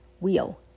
wheel